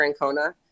Francona